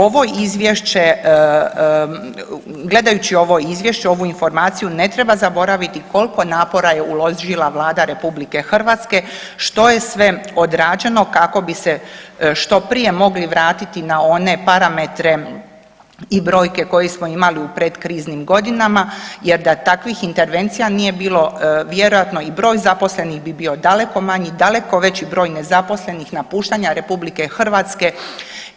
Ovo izvješće, gledajući ovo izvješće ovu informaciju ne treba zaboraviti koliko napora je uložila Vlada RH, što je sve odrađeno kako bi se što prije mogli vratiti na one parametre i brojke koje smo imali u predkriznim godinama jer da takvih intervencija nije bilo vjerojatno i broj zaposlenih bi bio daleko manji, daleko veći broj nezaposlenih, napuštanja RH